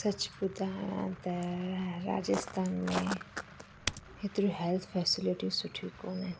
सच ॿुधायां त राजस्थान में हेतिरियूं हैल्थ फैसिलिटियूं सुठी कोन आहिनि